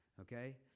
Okay